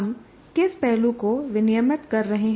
हम किस पहलू को विनियमित कर रहे हैं